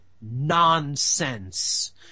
nonsense